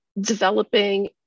developing